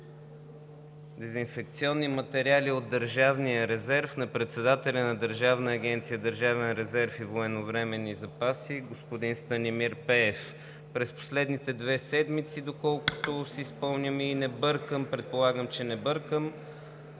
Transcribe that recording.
дезинфекционни материали от държавния резерв, председателят на Държавна агенция „Държавен резерв и военновременни запаси“ господин Станимир Пеев. През последните две седмици, доколкото си спомням и не бъркам, предполагам, че не бъркам,